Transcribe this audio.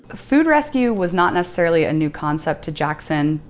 food rescue was not necessarily a new concept to jackson,